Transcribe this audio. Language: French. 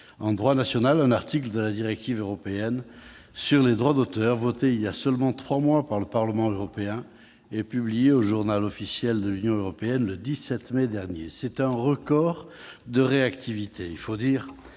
en droit national un article de la directive européenne sur le droit d'auteur, votée il y a seulement trois mois par le Parlement européen et publiée au le 17 mai dernier. C'est un record de réactivité ! Il faut dire